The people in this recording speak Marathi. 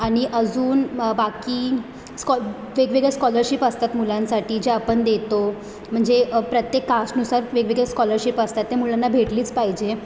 आणि अजून बाकी स्कॉल वेगवेगळ्या स्कॉलरशिप असतात मुलांसाठी ज्या आपण देतो म्हणजे प्रत्येक कास्टनुसार वेगवेगळ्या स्कॉलरशिप असतात त्या मुलांना भेटलीच पाहिजे